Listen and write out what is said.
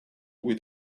with